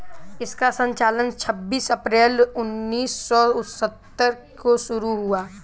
इसका संचालन छब्बीस अप्रैल उन्नीस सौ सत्तर को शुरू हुआ